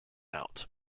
out